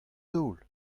daol